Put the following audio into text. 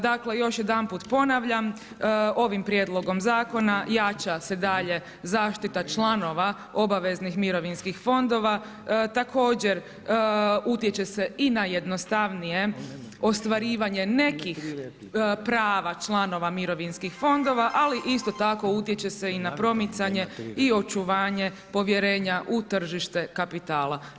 Dakle još jedanput ponavljam, ovim prijedlogom zakona jača se dalje zaštita članova obaveznih mirovinskih fondova, također utječe se i na jednostavnije ostvarivanje nekih prava članova mirovinskih fondova, ali isto tako utječe se i na promicanje i očuvanje povjerenja u tržište kapitala.